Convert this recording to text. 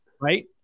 Right